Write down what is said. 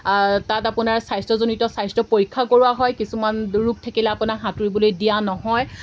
তাত আপোনাৰ স্বাস্থ্যজনিত স্বাস্থ্য পৰীক্ষাও কৰোৱা হয় কিছুমান দুৰোগ থাকিলে আপোনাক সাঁতুৰিবলৈ দিয়া নহয়